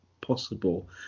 possible